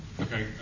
Okay